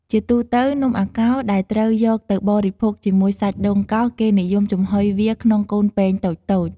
ជាទូទៅ នំអាកោរដែលត្រូវយកទៅបរិភោគជាមួយសាច់ដូងកោស គេនិយមចំហុយវាក្នុងកូនពែងតូចៗ។